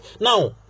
now